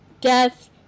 Death